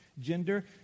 Gender